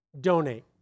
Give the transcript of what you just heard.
donate